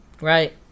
right